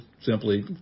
simply